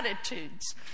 attitudes